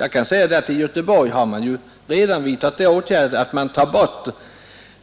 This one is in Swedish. Jag kan nämna att i Göteborg har man redan vidtagit åtgärden att ta bort